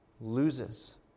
loses